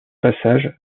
passage